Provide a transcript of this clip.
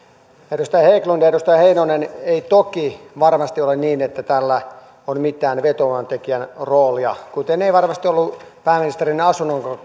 edustaja haglund ja edustaja heinonen ei toki varmasti ole niin että tällä on mitään vetovoimatekijän roolia kuten ei varmasti ollut pääministerin asunnonkaan